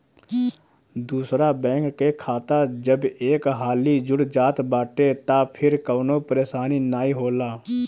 दूसरा बैंक के खाता जब एक हाली जुड़ जात बाटे तअ फिर कवनो परेशानी नाइ होला